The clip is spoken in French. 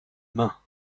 mains